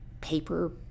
paper